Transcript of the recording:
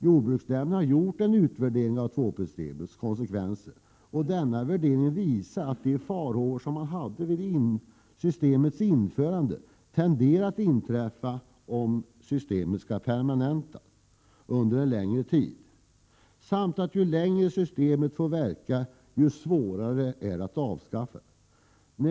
Jordbruksnämnden har gjort en utvärdering av tvåprissystemets konsekvenser, som visar att de farhågor man hade vid systemets införande tenderar att besannas om systemet skulle permanentas eller verka under en längre tid. Ju längre tid systemet får verka, desto svårare är det att avskaffa det.